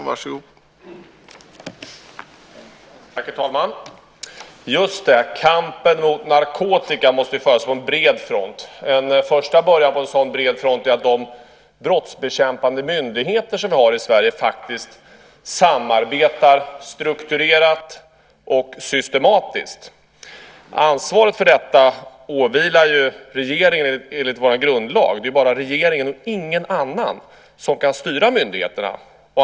Herr talman! Just det. Kampen mot narkotika måste föras på en bred front. En första början på en sådan bred front är att de brottsbekämpande myndigheter som vi har i Sverige faktiskt samarbetar strukturerat och systematiskt. Ansvaret för detta åvilar regeringen, enligt vår grundlag. Det är bara regeringen, och ingen annan, som kan styra myndigheterna.